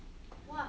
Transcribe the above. what